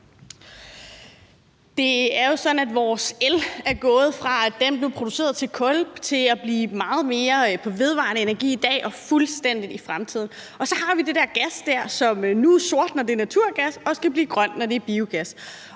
Det er jo sådan, at vores el er gået fra at blive produceret på kul til at blive produceret på vedvarende energi meget mere i dag og fuldstændigt i fremtiden. Og så har vi jo den der gas, som nu er sort, når det er naturgas, og som skal blive grøn, når det er biogas.